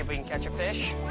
i mean catch a fish?